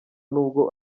nubwo